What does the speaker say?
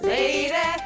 Lady